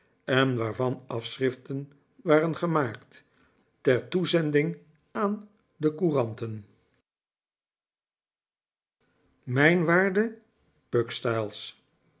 en waarvan afschriften waren gemaakt ter toezending aan de couranten mijn waarde